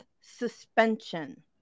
suspension